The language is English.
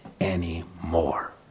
anymore